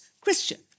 Christian